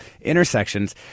intersections